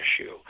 issue